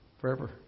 forever